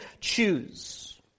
choose